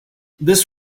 this